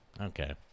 Okay